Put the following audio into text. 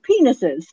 penises